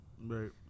Right